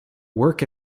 work